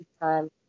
time